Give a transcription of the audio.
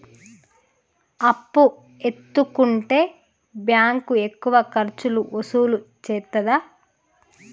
అప్పు ఎత్తుకుంటే బ్యాంకు ఎక్కువ ఖర్చులు వసూలు చేత్తదా?